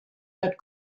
had